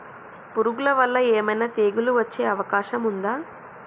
పురుగుల వల్ల ఏమైనా తెగులు వచ్చే అవకాశం ఉందా?